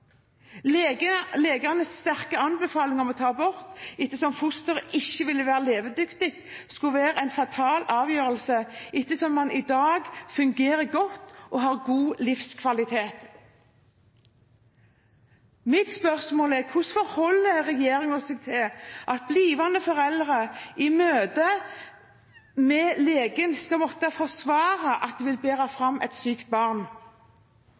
sterke anbefaling om å ta abort ettersom fosteret ikke ville være levedyktig, ville vært en fatal avgjørelse ettersom han i dag fungerer godt og har god livskvalitet. Mitt spørsmål er: Hvordan forholder regjeringen seg til at blivende foreldre i møte med legen skal måtte forsvare at de vil bære fram et sykt barn?